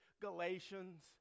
Galatians